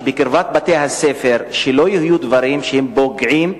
שבקרבת בתי-הספר לא יהיו דברים שפוגעים,